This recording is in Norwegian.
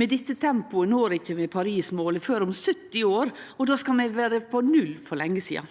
Med dette tempoet når vi ikkje Paris-målet før om 70 år, og då skal vi vere på null for lenge sidan.